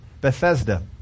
Bethesda